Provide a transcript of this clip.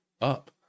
up